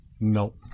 No